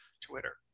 Twitter